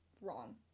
wrong